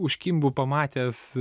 užkimbu pamatęs